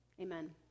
amen